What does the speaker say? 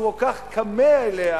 שהוא כל כך כמה אליה,